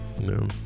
no